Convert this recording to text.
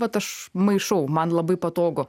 vat aš maišau man labai patogu